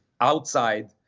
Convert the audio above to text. outside